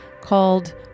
called